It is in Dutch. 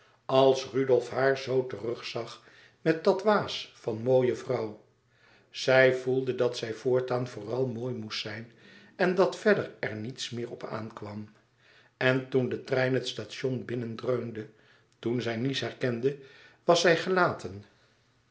als rudolf haar zoo terug zag met dat waas van mooie vrouw zij voelde dat zij voortaan vooral mooi moest zijn en dat verder er niets meer op aan kwam en toen de trein het station binnendreunde toen zij nice herkende was zij gelaten